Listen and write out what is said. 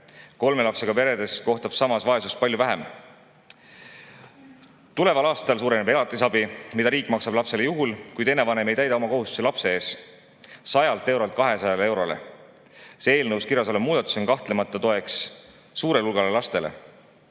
kolme lapsega peredes kohtab vaesust palju vähem. Tuleval aastal suureneb elatisabi, mida riik maksab lapsele juhul, kui teine vanem ei täida oma kohustusi lapse ees, 100 eurolt 200 eurole. See eelnõus kirjas olev muudatus on kahtlemata toeks suurele hulgale lastele.